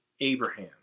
Abraham